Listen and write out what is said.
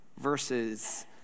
Versus